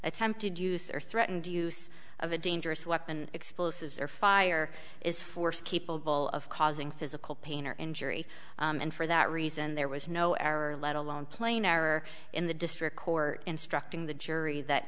attempted use or threatened use of a dangerous weapon explosives or fire is force capable of causing physical pain or injury and for that reason there was no error let alone plainer in the district court instructing the jury that